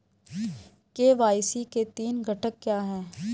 KYC के तीन घटक क्या हैं?